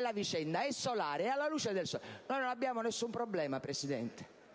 La vicenda è solare, è alla luce del sole; noi non abbiamo alcun problema, Presidente.